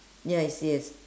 yes yes